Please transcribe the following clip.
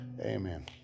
Amen